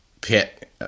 Pit